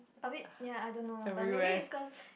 a bit ya I don't know but maybe it's cause